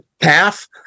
half